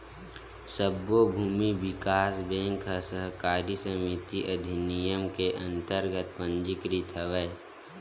सब्बो भूमि बिकास बेंक ह सहकारी समिति अधिनियम के अंतरगत पंजीकृत हवय